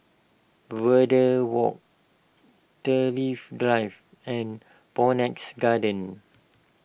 Verde Walk Thrift Drive and Phoenix Garden